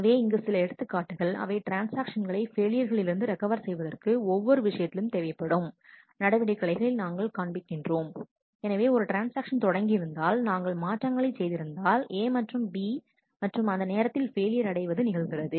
எனவே இங்கே சில எடுத்துக்காட்டுகள் அவை ட்ரான்ஸ்ஆக்ஷன்களை ஃபெயிலியரலிருந்து ரெக்கவர் செய்வதற்கு ஒவ்வொரு விஷயத்திலும் தேவைப்படும் நடவடிக்கைகளை நாங்கள் காண்பிக்கிறோம் எனவே ஒரு ட்ரான்ஸ்ஆக்ஷன் தொடங்கியிருந்தால் நாங்கள் மாற்றங்களைச் செய்திருந்தால் A மற்றும் B மற்றும் அந்த நேரத்தில் பெயிலியர் அடைவது நிகழ்கிறது